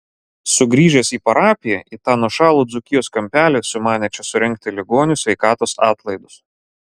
sugrįžęs į parapiją į tą nuošalų dzūkijos kampelį sumanė čia surengti ligonių sveikatos atlaidus